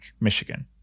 Michigan